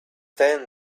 then